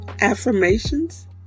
affirmations